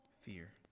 fear